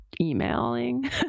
emailing